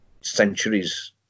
centuries